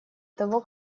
того